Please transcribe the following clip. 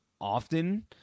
often